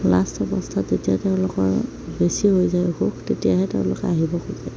last অৱস্থাত যেতিয়া তেওঁলোকৰ বেছি হৈ যায় অসুখ তেতিয়াহে তেওঁলোকে আহিব খোজে